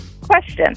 Question